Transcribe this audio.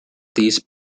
these